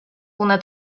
una